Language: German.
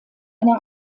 eine